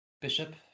Bishop